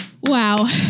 Wow